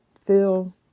Phil